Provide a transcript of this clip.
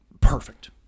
Perfect